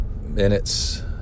minutes